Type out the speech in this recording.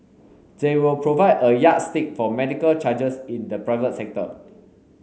they will provide a yardstick for medical charges in the private sector